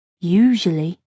Usually